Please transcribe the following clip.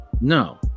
No